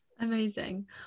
Amazing